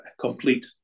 complete